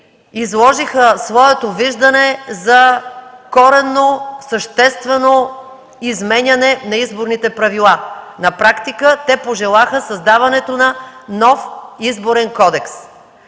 изложиха своето виждане за коренно, съществено изменяне на изборните правила. На практика те пожелаха създаването на нов Изборен кодекс.